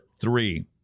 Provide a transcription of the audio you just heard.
three